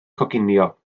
coginio